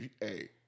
hey